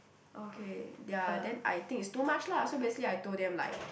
okay ya then I think it's too much lah so basically I told them like